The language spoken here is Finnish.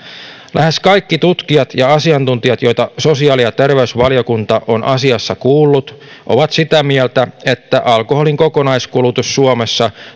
lähes kaikki tutkijat ja asiantuntijat joita sosiaali ja terveysvaliokunta on asiassa kuullut ovat sitä mieltä että alkoholin kokonaiskulutus suomessa